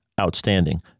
outstanding